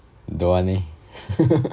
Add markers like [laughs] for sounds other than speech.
dowant eh [laughs]